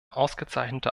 ausgezeichnete